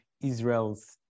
Israel's